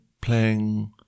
playing